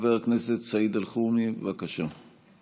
חבר הכנסת סעיד אלחרומי, בבקשה.